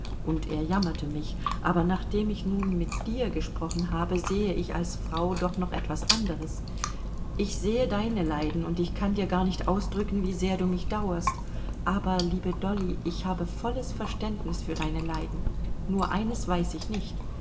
und er jammerte mich aber nachdem ich nun mit dir gesprochen habe sehe ich als frau doch noch etwas anderes ich sehe deine leiden und ich kann dir gar nicht ausdrücken wie sehr du mich dauerst aber liebe dolly ich habe volles verständnis für deine leiden nur eines weiß ich nicht